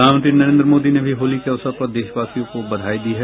प्रधानमंत्री नरेंद्र मोदी ने भी होली के अवसर पर देशवासियों को बधाई दी है